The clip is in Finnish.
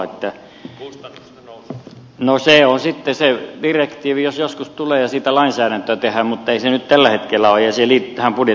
no se on sitten se direktiivi jos se joskus tulee ja siitä lainsäädäntöä tehdään mutta ei se nyt tällä hetkellä ole eikä se liity tähän budjettiin millään tavalla